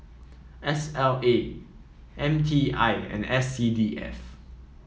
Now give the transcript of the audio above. S L A M T I and S C D F